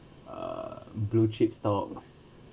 uh blue chip stocks